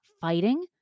fighting